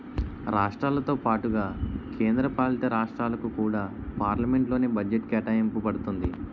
రాష్ట్రాలతో పాటుగా కేంద్ర పాలితరాష్ట్రాలకు కూడా పార్లమెంట్ లోనే బడ్జెట్ కేటాయింప బడుతుంది